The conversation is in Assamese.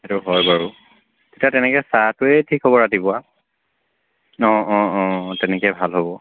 সেইটো হয় বাৰু তেতিয়া তেনেকৈ চাহটোৱে ঠিক খবৰ ৰাতিপুৱা অঁ অঁ অঁ তেনেকৈয়ে ভাল হ'ব